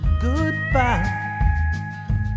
goodbye